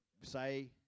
Say